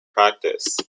practice